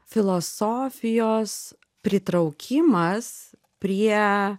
filosofijos pritraukimas prie